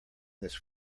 this